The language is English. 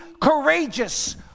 courageous